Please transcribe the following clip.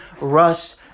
Russ